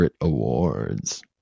awards